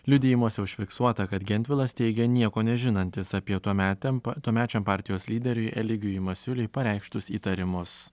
liudijimuose užfiksuota kad gentvilas teigia nieko nežinantis apie tuometį tempą tuomečiam partijos lyderiui eligijui masiuliui pareikštus įtarimus